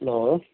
hello